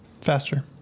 faster